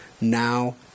now